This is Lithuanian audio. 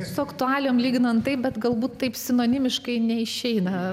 su aktualijom lyginant taip bet galbūt taip sinonimiškai neišeina